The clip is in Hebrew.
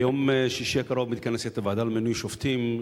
ביום שישי הקרוב מתכנסת הוועדה למינוי שופטים,